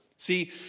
See